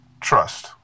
Trust